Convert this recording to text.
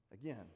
again